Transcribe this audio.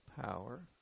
power